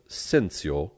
sensio